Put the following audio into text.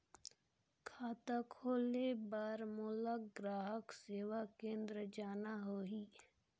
खाता खोले बार मोला ग्राहक सेवा केंद्र जाना होही?